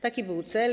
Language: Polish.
Taki był cel.